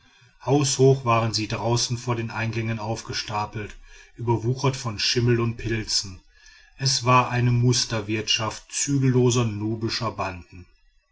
haushoch waren sie draußen vor den eingängen aufgestapelt überwuchert von schimmel und pilzen es war eine musterwirtschaft zügelloser nubischer banden